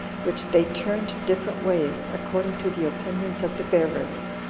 which they turned different ways, according to the opinions of the bearers.